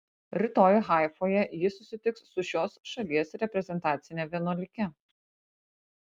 rytoj haifoje ji susitiks su šios šalies reprezentacine vienuolike